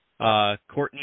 Courtney